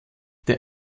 der